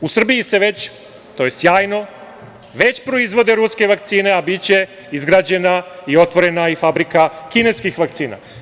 U Srbiji se već, to je sjajno, već proizvode ruske vakcine, a biće izgrađena i otvorena i fabrika kineskih vakcina.